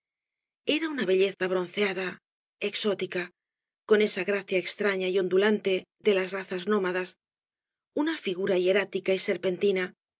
era una belleza bronceada exótica con esa gracia extraña y ondulante de las razas nómadas una figura hierática y serpentina